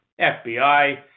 FBI